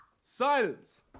Silence